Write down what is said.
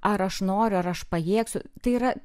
ar aš noriu ar aš pajėgsiu tai yra